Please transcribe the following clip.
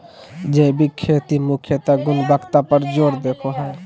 जैविक खेती मुख्यत गुणवत्ता पर जोर देवो हय